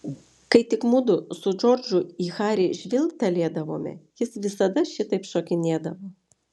kai tik mudu su džordžu į harį žvilgtelėdavome jis visada šitaip šokinėdavo